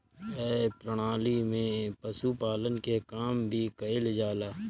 ए प्रणाली में पशुपालन के काम भी कईल जाला